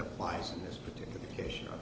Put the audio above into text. applies in this particular case